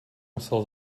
musel